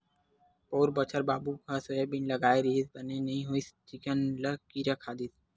पउर बछर बाबू ह सोयाबीन लगाय रिहिस बने नइ होइस चिक्कन ल किरा खा दिस